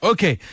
Okay